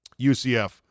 UCF